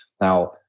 Now